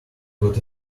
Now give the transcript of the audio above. got